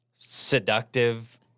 Seductive